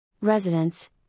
Residents